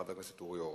חבר הכנסת אורי אורבך.